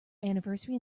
anniversary